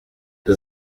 the